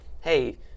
hey